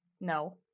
No